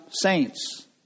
saints